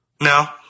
No